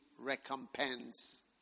recompense